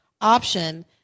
option